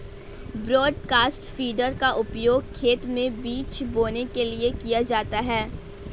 broadcast feeder का उपयोग खेत में बीज बोने के लिए किया जाता है